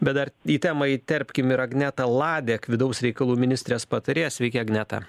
bet dar į temą įterpkim ir agnetą ladek vidaus reikalų ministrės patarėją sveiki agneta